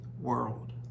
world